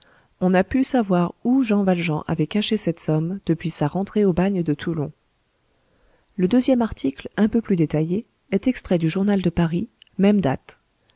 on n'a pu savoir où jean valjean avait caché cette somme depuis sa rentrée au bagne de toulon le deuxième article un peu plus détaillé est extrait du journal de paris même date